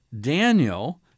Daniel